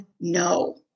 no